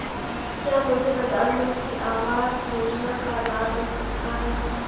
क्या मुझे प्रधानमंत्री आवास योजना का लाभ मिल सकता है?